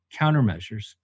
countermeasures